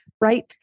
right